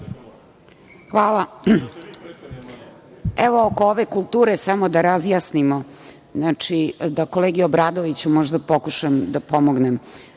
Hvala. Evo, oko ove kulture samo da razjasnimo, da kolegi Obradoviću možda pokušam da pomognem